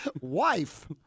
Wife